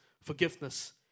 forgiveness